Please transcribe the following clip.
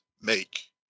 make